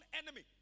enemy